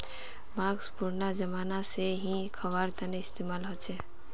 माँस पुरना ज़माना से ही ख्वार तने इस्तेमाल होचे